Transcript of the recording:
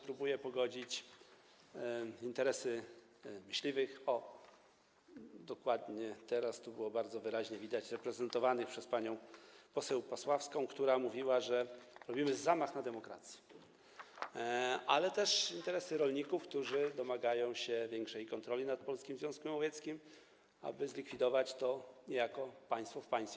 Próbuje pogodzić interesy myśliwych, co teraz było bardzo wyraźnie widać, reprezentowanych przez panią poseł Pasławską, która mówiła, że robimy zamach na demokrację, i interesy rolników, którzy domagają się większej kontroli nad Polskim Związkiem Łowieckim, aby zlikwidować to niejako państwo w państwie.